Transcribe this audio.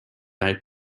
out